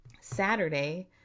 Saturday